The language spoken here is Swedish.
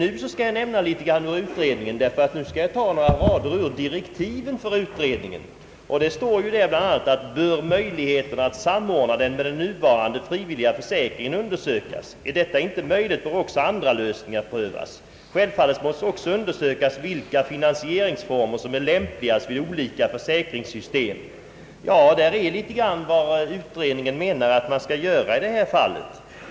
Nu skall jag emellertid tala om utredningen, ty jag skall citera några rader ur direktiven för utredningen. Där står bl.a.: »Skulle utredningen finna att någon form av obligatorisk försäkring behövs, bör möjligheterna att samordna den med den nuvarande frivilliga försäkringen undersökas. är detta inte möjligt bör också andra lösningar prövas. Självfallet måste också undersökas vilka finansieringsformer som är lämpligast vid olika försäkringssystem.» Ja, det är något om vad utredningen menar att man skall göra i detta fall.